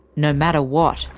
no matter what.